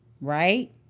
right